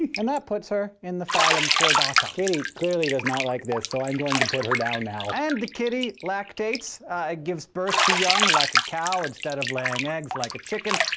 and that puts her in the phylum chordata. kitty clearly does not like this, so i'm going to put her down now. and the kitty lactates and gives birth to young like a cow, instead of laying eggs like a chicken,